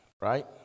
right